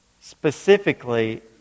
Specifically